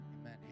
amen